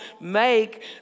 make